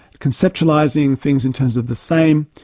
conceptualising things in terms of the same.